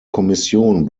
kommission